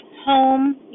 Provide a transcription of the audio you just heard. home